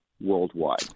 worldwide